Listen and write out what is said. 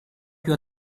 più